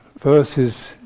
verses